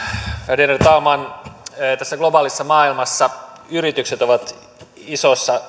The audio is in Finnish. värderade talman tässä globaalissa maailmassa yritykset ovat isossa